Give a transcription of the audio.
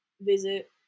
visit